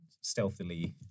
stealthily